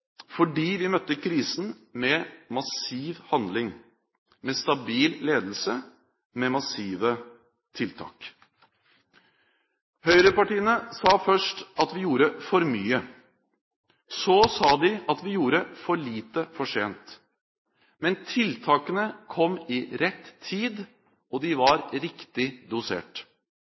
fordi vi møtte krisen med massiv handling, med stabil ledelse og med massive tiltak. Høyrepartiene sa først at vi gjorde for mye. Så sa de at vi gjorde for lite for sent. Men tiltakene kom i rett tid, og de var riktig dosert.